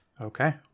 Okay